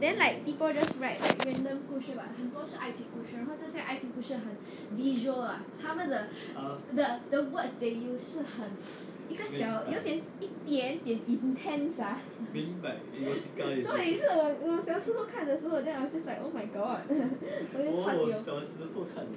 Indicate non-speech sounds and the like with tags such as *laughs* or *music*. then like people just write random 故事 but 很多是爱情故事然后这些爱情故事很 visual ah 他们的 the words they use 是很一个小有点一点点 intense ah *laughs* 所以是 like 我小时候看的时候 then I was just like oh my god *laughs* 我 chua tio